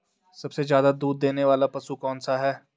सबसे ज़्यादा दूध देने वाला पशु कौन सा है?